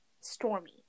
Stormy